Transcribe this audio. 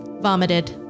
vomited